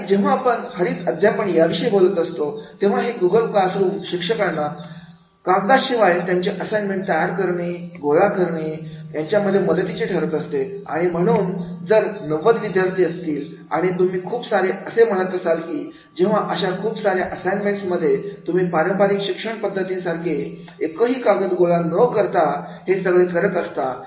आणि जेव्हा पण हरित अध्यापन विषयी बोलत असतो तेव्हा हे गूगल क्लासरूम शिक्षकांना कागदाने शिवाय त्यांचे असाइनमेंट्स तयार करणे आणि गोळा करणे याच्यामध्ये मदतीची ठरत असते आणि म्हणून जर 90 विद्यार्थी असतील आणि तुम्ही खूप सारे असे म्हणत असाल तेव्हा अशा खूप सार्या असाइनमेंट्स मध्ये तुम्ही पारंपरिक शिक्षण पद्धती सारखे एकही कागद गोळा करत नसता